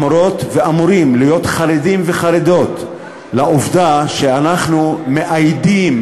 אמורות ואמורים להיות חרדים וחרדות לעובדה שאנחנו מאיידים